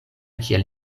kiel